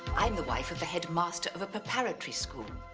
i'm the wife of the headmaster of a proprietary school.